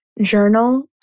journal